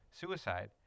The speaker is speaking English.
suicide